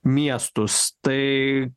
miestus tai